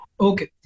Okay